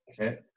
Okay